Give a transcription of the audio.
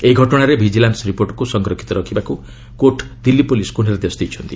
ଏହି ଘଟଣାରେ ଭିଜିଲାନ୍ସ ରିପୋର୍ଟକୁ ସଂରକ୍ଷିତ ରଖିବାକୁ କୋର୍ଟ ଦିଲ୍ଲୀ ପୁଲିସ୍କୁ ନିର୍ଦ୍ଦେଶ ଦେଇଛନ୍ତି